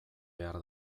behar